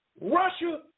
Russia